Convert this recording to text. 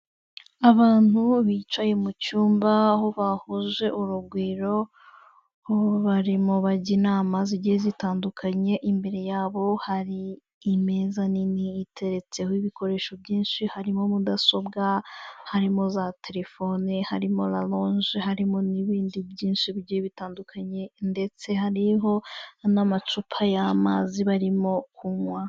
Abantu bicaye mu cyumba, aho bahuje urugwiro, aho barimo bajya inama zigiye zitandukanye. Imbere yabo hari imeza nini iteretseho ibikoresho byinshi, harimo mudasobwa, harimo za telefone, harimo raronje, harimo n'ibindi byinshi bigiye bitandukanye, ndetse hariho n'amacupa y'amazi barimo kunywa.